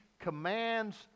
commands